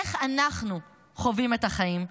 איך אנחנו חווים את החיים?